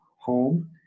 home